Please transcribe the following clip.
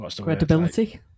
credibility